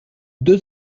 deux